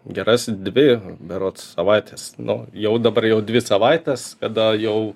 geras dvi berods savaites nu jau dabar jau dvi savaites kada jau